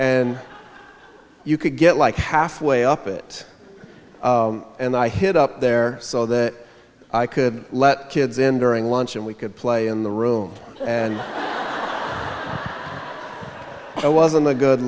and you could get like halfway up it and i hid up there so that i could let kids in during lunch and we could play in the room and i was on the good